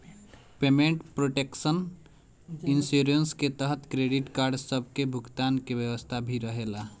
payment protection insurance के तहत credit card सब के भुगतान के व्यवस्था भी रहेला